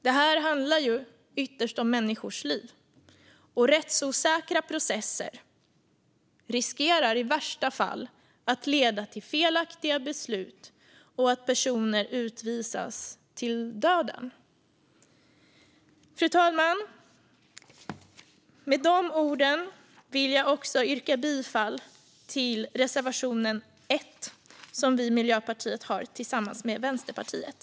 Det handlar ytterst om människors liv, och rättsosäkra processer riskerar i värsta fall att leda till felaktiga beslut och till att personer utvisas till döden. Fru talman! Med dessa ord vill jag yrka bifall till reservationen, som vi i Miljöpartiet har tillsammans med Vänsterpartiet.